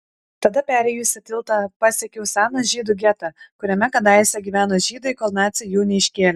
tada perėjusi tiltą pasiekiau seną žydų getą kuriame kadaise gyveno žydai kol naciai jų neiškėlė